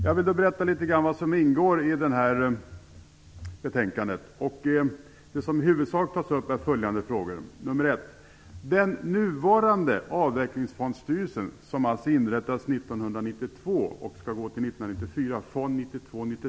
Jag vill berätta litet grand om det som ingår i betänkandet. Där tas i huvudsak följande frågor upp: 2.